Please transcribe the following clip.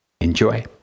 Enjoy